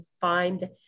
find